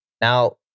Now